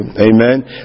Amen